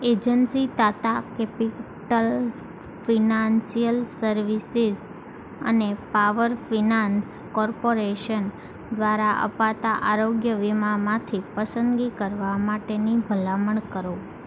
agency Tata capital financial services અને power finance corporation દ્વારા અપાતાં આરોગ્ય વીમામાંથી પસંદગી કરવાં માટેની ભલામણ કરો